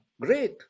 great